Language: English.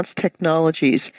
Technologies